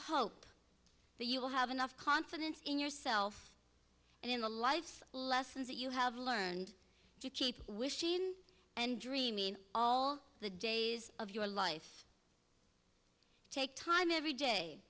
hope you will have enough confidence in yourself and in the life lessons that you have learned to keep wishin and dream in all the days of your life take time every day